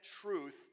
truth